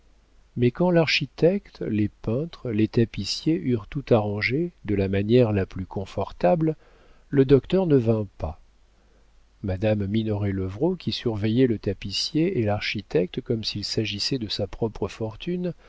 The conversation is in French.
mais quand l'architecte les peintres les tapissiers eurent tout arrangé de la manière la plus comfortable le docteur ne vint pas madame minoret levrault qui surveillait le tapissier et l'architecte comme s'il s'agissait de sa propre fortune